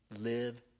live